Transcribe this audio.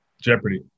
Jeopardy